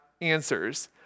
answers